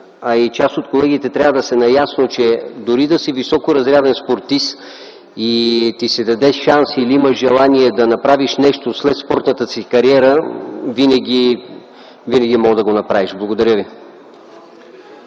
а и част от колегите трябва да са наясно, че дори да си високоразряден спортист и ти се отдаде шанс или имаш желание да направиш нещо след спортната си кариера, винаги можеш да го направиш. Благодаря.